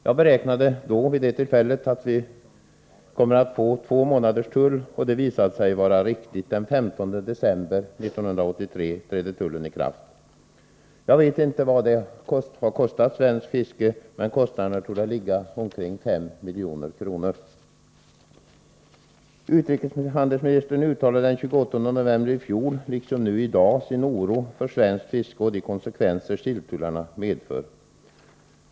När min interpellation besvarades beräknade jag att vi skulle komma att få två månaders tull, och det visade sig vara riktigt. Den 15 december 1983 trädde tullen i kraft. Jag vet inte exakt vad det har kostat svenskt fiske, men kostnaderna torde ligga runt 5 milj.kr. Utrikeshandelsministern uttalade den 28 november i fjol, liksom nu i dag, sin oro för svenskt fiske och de konsekvenser silltullarna medför.